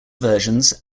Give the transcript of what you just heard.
versions